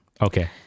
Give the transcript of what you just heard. Okay